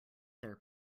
their